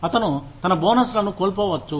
అతను తన బోనస్ లను కోల్పోవచ్చు